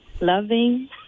loving